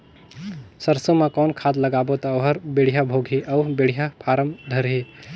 सरसो मा कौन खाद लगाबो ता ओहार बेडिया भोगही अउ बेडिया फारम धारही?